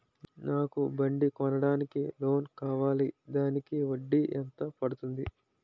నాకు బండి కొనడానికి లోన్ కావాలిదానికి వడ్డీ ఎంత పడుతుంది?